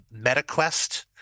MetaQuest